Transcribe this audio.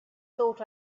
thought